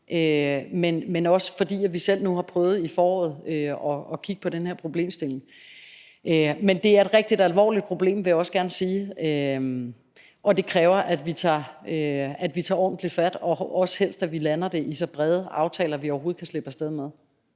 men også fordi vi selv nu har prøvet i foråret at kigge på den her problemstilling. Men det er et rigtig alvorligt problem, vil jeg også gerne sige, og det kræver, at vi tager ordentligt fat, og også helst, at vi lander det i så brede aftaler, som vi overhovedet kan slippe af sted med.